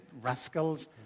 rascals